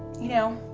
you know,